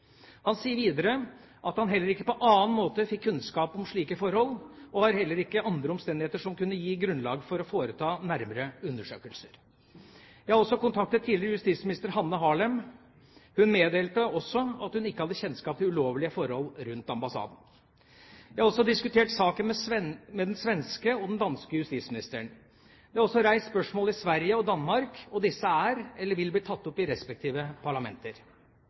Han sier videre at han heller ikke på annen måte fikk kunnskap om slike forhold og heller ikke om andre omstendigheter som kunne gi grunnlag for å foreta nærmere undersøkelser. Jeg har også kontaktet tidligere justisminister Hanne Harlem. Hun meddelte også at hun ikke hadde kjennskap til ulovlige forhold rundt ambassaden. Jeg har også diskutert saken med den svenske og den danske justisministeren. Det er også reist spørsmål i Sverige og Danmark, og disse er eller vil bli tatt opp i de respektive parlamenter.